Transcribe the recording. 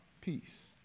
Peace